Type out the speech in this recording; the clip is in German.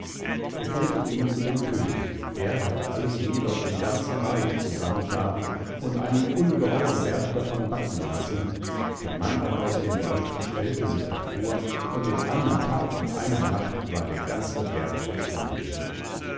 er führte ihn zu dem könig der hatte alles mehl aus dem ganzen reich zusammenfahren und einen ungeheuern berg davon backen lassen der mann aber aus dem wald stellte sich davor und in einem tag und einer nacht war der ganze berg verschwunden